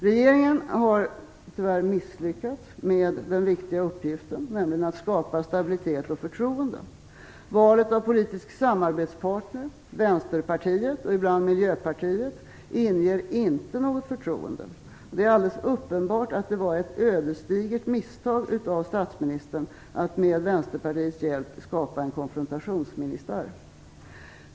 Regeringen har tyvärr misslyckats med den viktiga uppgiften att skapa stabilitet och förtroende. Valet av politisk samarbetspartner, Vänsterpartiet och ibland Miljöpartiet, inger inte något förtroende. Det är alldeles uppenbart att det var ett ödesdigert misstag av statsministern att med Vänsterpartiets hjälp skapa en konfrontationsministär.